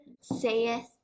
saith